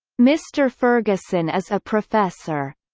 mr. ferguson is a professor.